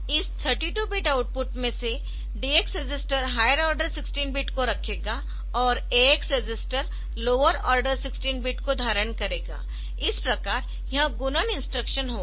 इस 32 bit output में से DX register higher order 16 bit को रखेगा और AX register lower order 16 bit को धारण करेगा इस प्रकार यह गुणन इंस्ट्रक्शन होगा